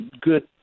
good